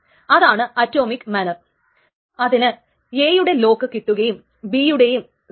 നമ്മൾ കോൺഫിളിറ്റ് സീരിയസിബിലിറ്റിയിലും conflict serializability view സീരിയ സിസിലിറ്റിയിലും എന്താണ് ചെയ്തത് എന്ന് ഓർക്കുക